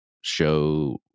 show